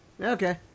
Okay